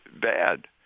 bad